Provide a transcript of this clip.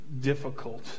difficult